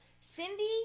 Cindy